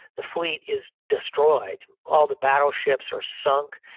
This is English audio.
the fleet is destroyed. all the battleships are sunk.